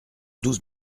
douze